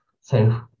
self